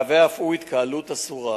מהווה אף הוא התקהלות אסורה.